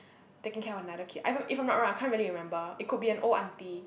taking care of another kid I if I'm not wrong I can't really remember it could be an old aunty